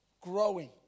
growing